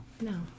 No